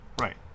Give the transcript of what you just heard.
Right